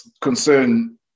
concern